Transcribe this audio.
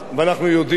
ואנחנו יודעים,